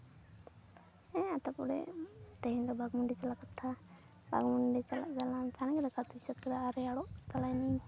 ᱦᱮᱸ ᱛᱟᱯᱚᱨᱮ ᱛᱮᱦᱮᱧ ᱫᱚ ᱵᱟᱜᱽᱢᱩᱱᱰᱤ ᱪᱟᱞᱟᱜ ᱠᱟᱛᱷᱟ ᱵᱟᱜᱽᱢᱩᱱᱰᱤ ᱪᱟᱞᱟᱜ ᱞᱟᱹᱜᱤᱫ ᱛᱮ ᱪᱟᱬ ᱜᱮ ᱫᱟᱠᱟ ᱩᱛᱩᱧ ᱤᱥᱤᱱ ᱠᱟᱫᱟ ᱟᱨ ᱨᱮᱭᱟᱲᱚᱜ ᱪᱟᱞᱟᱭ ᱱᱤᱧ